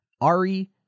Ari